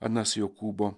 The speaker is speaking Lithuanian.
anas jokūbo